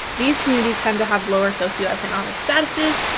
these communities tend to have lower socio-economic statuses,